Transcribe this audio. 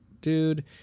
dude